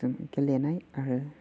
जों गेलेनाय आरो